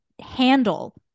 handle